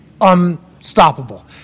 unstoppable